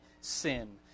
sin